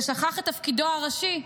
ששכח את תפקידו הראשי,